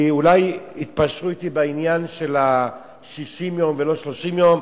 שאולי יתפשרו אתי בעניין של 60 יום ולא 30 יום,